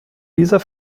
dieser